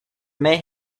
may